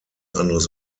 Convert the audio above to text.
anderes